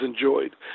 enjoyed